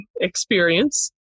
experience